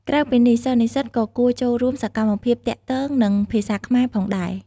ក្រៅពីនេះ សិស្សនិស្សិតក៏គួរ ចូលរួមសកម្មភាពទាក់ទងនឹងភាសាខ្មែរផងដែរ។